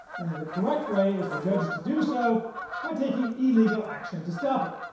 and that the correct way is for judges to do so by taking illegal action to stop it.